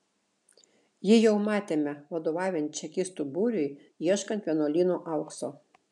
jį jau matėme vadovaujant čekistų būriui ieškant vienuolyno aukso